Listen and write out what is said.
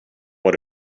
what